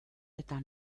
eta